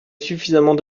suffisamment